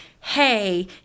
hey